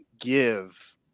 give –